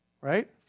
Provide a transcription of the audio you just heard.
Right